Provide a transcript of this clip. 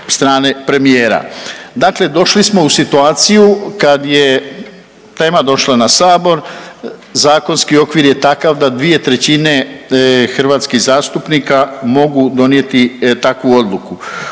Dakle, došli smo u situaciju kad je tema došla na Sabor. Zakonski okvir je takav da dvije trećine hrvatskih zastupnika mogu donijeti takvu odluku.